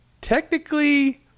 technically